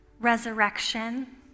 resurrection